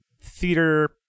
theater